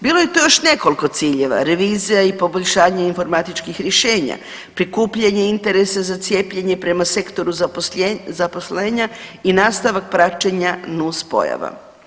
Bilo je to još nekoliko ciljeva, revizija i poboljšanje informatičkih rješenja, prikupljanje interesa za cijepljenje prema sektoru zaposlenja i nastavak praćenja nuspojava.